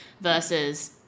versus